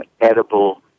edible